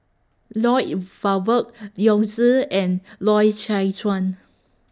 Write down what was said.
Lloyd Valberg Yao Zi and Loy Chye Chuan